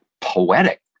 poetic